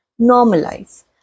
normalize